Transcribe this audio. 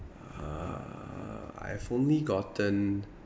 err I've only gotten